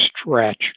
stretch